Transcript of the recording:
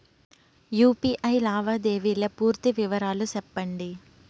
UPI లావాదేవీల పూర్తి వివరాలు సెప్పండి?